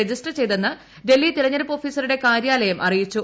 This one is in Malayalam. രജിസ്റ്റർ ചെയ്തതെന്ന് ഡൽഹി തെരഞ്ഞെടുപ്പ് ഭ്യാക്ടീസറുടെ കാര്യാലയം അറിയിച്ചു